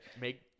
make